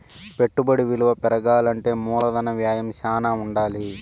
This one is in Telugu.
పెట్టుబడి విలువ పెరగాలంటే మూలధన వ్యయం శ్యానా ఉండాలి